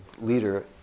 leader